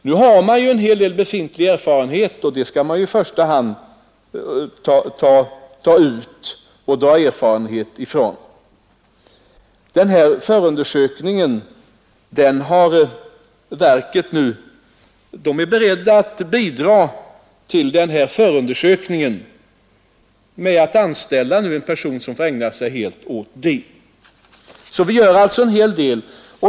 Nu har man en hel del erfarenhet, och den skall man i första hand ta vara på. Verket är berett att bidra till förstudier genom att anställa en person som får ägna sig helt åt den. Vi gör alltså en hel del.